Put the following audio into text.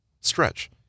stretch